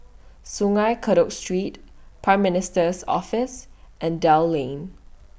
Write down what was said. Sungei Kadut Street Prime Minister's Office and Dell Lane